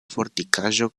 fortikaĵo